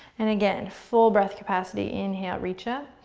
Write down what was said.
and again, full breath capacity, inhale, reach up.